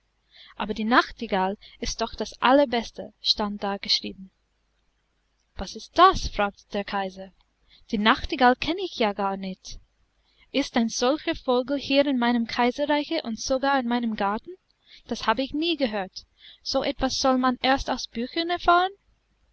aber die nachtigall ist doch das allerbeste stand da geschrieben was ist das fragte der kaiser die nachtigall kenne ich ja gar nicht ist ein solcher vogel hier in meinem kaiserreiche und sogar in meinem garten das habe ich nie gehört so etwas soll man erst aus büchern erfahren